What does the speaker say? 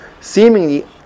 seemingly